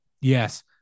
yes